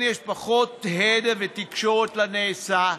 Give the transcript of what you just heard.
שבהן יש פחות הד בתקשורת לנעשה,